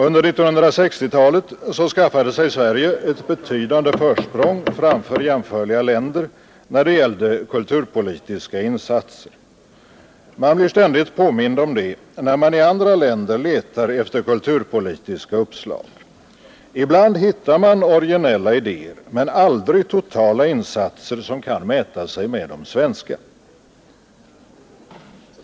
Under 1960-talet skaffade sig Sverige ett betydande försprång framför jämförliga länder när det gällde kulturpolitiska insatser. Man blir ständigt påmind om det, när man i andra länder letar efter kulturpolitiska uppslag. Ibland hittar man originella idéer men aldrig totala insatser som kan mäta sig med de svenska.